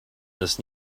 this